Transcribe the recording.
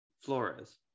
Flores